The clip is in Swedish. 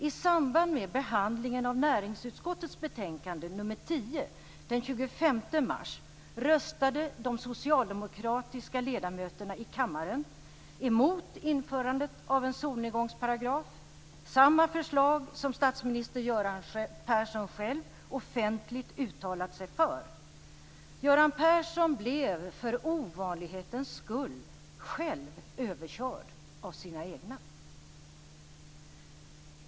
I samband med behandlingen av näringsutskottets betänkande nr 10 den 25 mars röstade de socialdemokratiska ledamöterna i kammaren mot införandet av en solnedgångsparagraf, samma förslag som statsminister Göran Persson själv offentligt uttalat sig för. Göran Persson blev för ovanlighetens skull överkörd av sina egna.